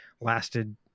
lasted